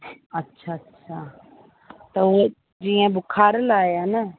अच्छा अच्छा त उहे जीअं बुख़ार लाइ आहे न